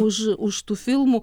už už tų filmų